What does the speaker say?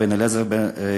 היום, אליעזר בן-יהודה,